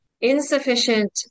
insufficient